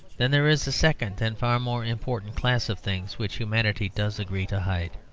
then there is a second and far more important class of things which humanity does agree to hide.